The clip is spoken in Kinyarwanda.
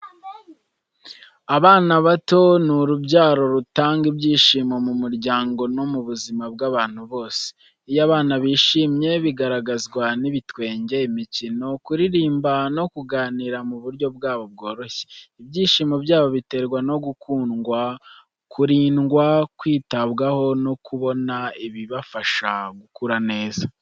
Abana bato ni urubyaro rutanga ibyishimo mu muryango no mu buzima bw’abantu bose. Iyo abana bishimye, bigaragazwa n’ibitwenge, imikino, kuririmba no kuganira mu buryo bwabo bworoshye. Ibyishimo byabo biterwa no gukundwa, kurindwa, kwitabwaho no kubona ibibafasha gukura neza.